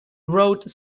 wrote